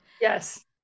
Yes